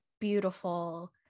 beautiful